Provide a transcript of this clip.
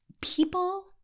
People